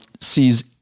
sees